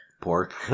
pork